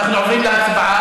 אנחנו עוברים להצבעה.